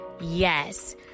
Yes